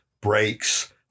breaks